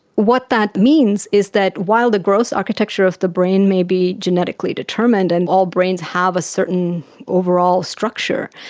what that means is that while the gross architecture of the brain may be genetically determined and all brains have a certain overall structure,